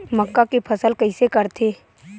मक्का के फसल कइसे करथे?